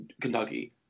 Kentucky